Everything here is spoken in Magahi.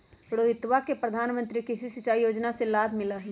रोहितवा के प्रधानमंत्री कृषि सिंचाई योजना से लाभ मिला हई